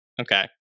Okay